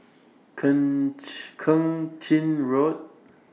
Keng Chin Road